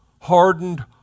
hardened